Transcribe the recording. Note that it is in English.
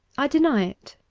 i deny it.